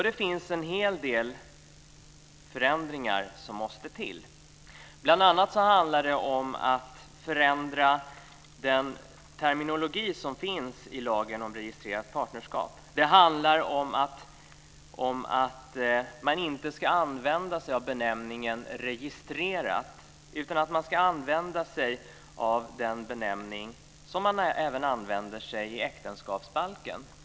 Det är en hel del förändringar som måste till. Bl.a. handlar det om att förändra terminologin i lagen om registrerat partnerskap. Det handlar om att inte använda "registrerat", utan man ska använda den benämning som även används i äktenskapsbalken.